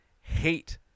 hate